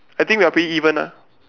I think we are pretty even ah